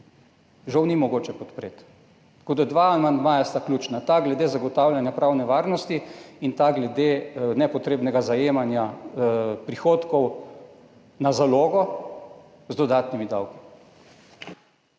žal ni mogoče podpreti. Dva amandmaja sta ključna – en glede zagotavljanja pravne varnosti in drugi glede nepotrebnega zajemanja prihodkov na zalogo z dodatnimi davki.